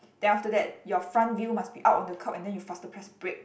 then after that your front view must be out on the curb and then you faster press brake